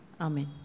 Amen